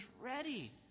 ready